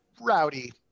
rowdy